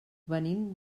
venim